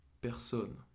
Personne